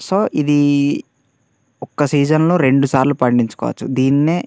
so ఇది ఒక్క సీజన్లో రెండుసార్లు పండించుకొచ్చు దీన్నే